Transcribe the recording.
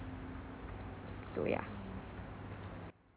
so ya